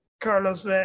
Carlos